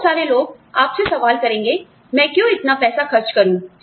बहुत सारे लोग आपसे सवाल करेंगे मैं क्यों इतना पैसा खर्च करूं